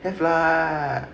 have lah